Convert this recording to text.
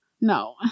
No